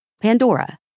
Pandora